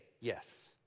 yes